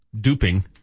duping